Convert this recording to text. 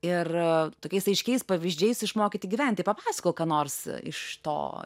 ir tokiais aiškiais pavyzdžiais išmokyti gyventi papasakok ką nors iš to